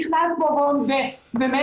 אבל ברגע שהוא נכנס לפינה שהוא החליט